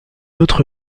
autre